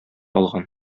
алган